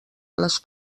les